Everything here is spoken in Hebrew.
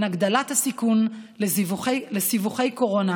לבין הגדלת הסיכון לסיבוכי קורונה,